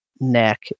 neck